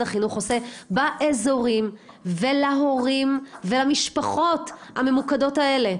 החינוך עושה באזורים ולהורים ולמשפחות הממוקדות האלה,